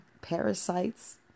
parasites